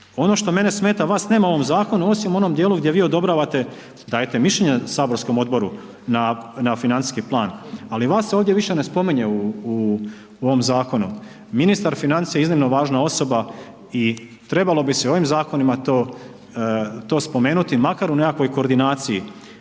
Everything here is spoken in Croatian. Ono što mene smeta, vas nema u ovom zakonu osim u onom djelu gdje vi odobravate, dajete mišljenje saborskom odboru na financijski plan ali vas se ovdje više ne spominje u ovom zakonu. Ministar financija je iznimno važna osoba i trebalo bi se ovim zakonima to spomenuti makar u nekakvoj koordinaciji.